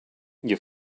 you